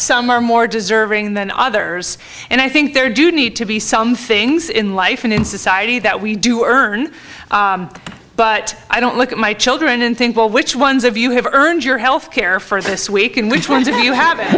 some are more deserving than others and i think there do need to be some things in life and in society that we do earn but i don't look at my children and think well which ones of you have earned your health care for this week and which ones of you hav